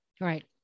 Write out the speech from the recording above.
Right